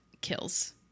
kills